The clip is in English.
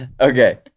Okay